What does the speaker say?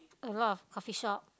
a lot of coffee shop